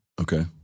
Okay